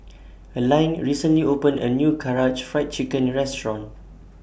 Elaine recently opened A New Karaage Fried Chicken Restaurant